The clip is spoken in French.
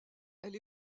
elle